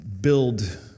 build